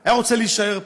היה רוצה להישאר פה.